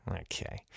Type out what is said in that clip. Okay